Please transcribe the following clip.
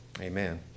Amen